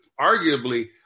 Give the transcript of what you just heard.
arguably